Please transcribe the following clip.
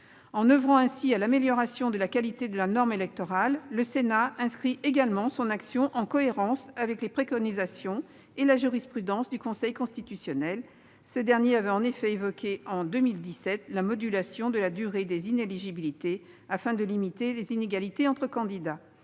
En oeuvrant ainsi à l'amélioration de la qualité de la norme électorale, le Sénat inscrit également son action en cohérence avec les préconisations et la jurisprudence du Conseil constitutionnel. Ce dernier avait en effet évoqué en 2017 la modulation de la durée des inéligibilités, afin de limiter les inégalités entre candidats.